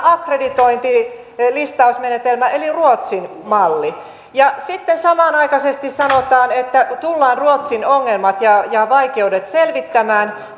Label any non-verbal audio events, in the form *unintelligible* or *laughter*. akk reditointilistausmenetelmä eli ruotsin malli ja sitten samanaikaisesti sanotaan että tullaan ruotsin ongelmat ja ja vaikeudet selvittämään *unintelligible*